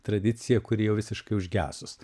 tradicija kuri jau visiškai užgesus